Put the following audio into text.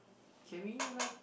can we like